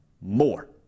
more